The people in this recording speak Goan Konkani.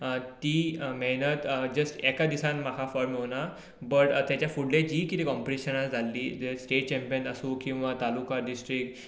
ती मेहनत जस्ट एका दिसान म्हाका फळ मेळुना बट ताच्या फुडलीं जी कितें कोंपिटिशनां जाल्लीं स्टेट चँपीयन आसूं किंवा तालुका डिस्ट्रिक्ट किंवा स्कूल